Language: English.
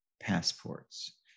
passports